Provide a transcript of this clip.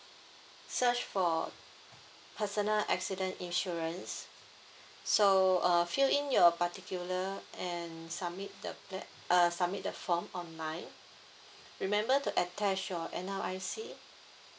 search for personal accident insurance so uh fill in your particular and submit the plat~ err submit the form online remember to add your N_R_I_C